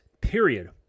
period